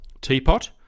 teapot